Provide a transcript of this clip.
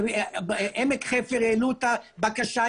עמק חפר העלו את הבקשה,